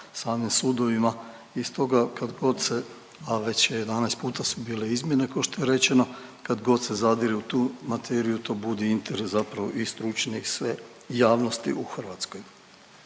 samim sudovima. I stoga kad god se, a već je 11 puta su bile izmjene ko što je rečeno, kadgod se zadire u tu materiju to budi interesa i stručne i sve javnosti u Hrvatskoj.